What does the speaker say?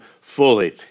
fully